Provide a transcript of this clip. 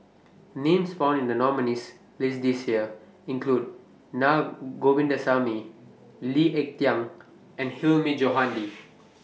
Names found in The nominees' list This Year include Na Govindasamy Lee Ek Tieng and Hilmi Johandi